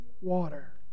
water